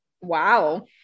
Wow